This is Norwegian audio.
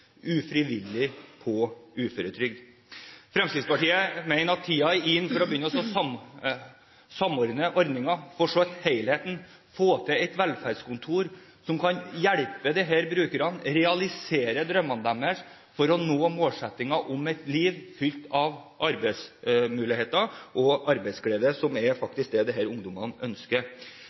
ufrivillig på uføretrygd. Fremskrittspartiet mener tiden er inne for å begynne å samordne ordningen, for å se helheten, få til et velferdskontor som kan hjelpe disse brukerne, realisere drømmene deres, for å nå målsettinger om et liv fylt av arbeidsmuligheter og arbeidsglede, som faktisk er det disse ungdommene ønsker.